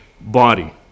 body